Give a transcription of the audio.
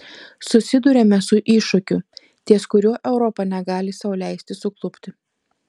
susiduriame su iššūkiu ties kuriuo europa negali sau leisti suklupti